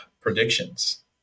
predictions